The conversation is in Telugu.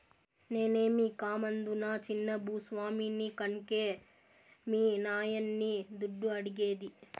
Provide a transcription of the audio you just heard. నేనేమీ కామందునా చిన్న భూ స్వామిని కన్కే మీ నాయన్ని దుడ్డు అడిగేది